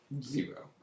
Zero